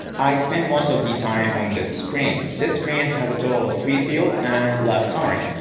i spend most of the time on this screen. this screen has a total of three fields and lap summary.